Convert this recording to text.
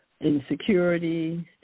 insecurity